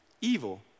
evil